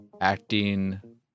acting